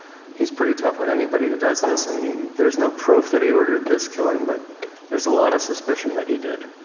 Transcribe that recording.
he's pretty tough on anybody who does this and there is no proof that he ordered this killing but there's a lot of suspicion that he did.